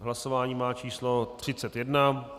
Hlasování má číslo 31.